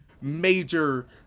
major